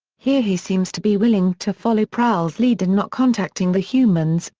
here he seems to be willing to follow prowl's lead in not contacting the humans,